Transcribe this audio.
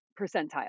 percentile